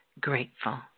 grateful